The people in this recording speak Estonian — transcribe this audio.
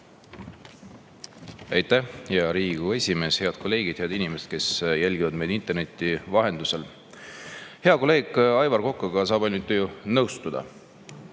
hea Riigikogu esimees! Head kolleegid! Head inimesed, kes jälgivad meid interneti vahendusel! Hea kolleegi Aivar Kokaga saab ainult nõustuda.